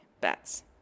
bats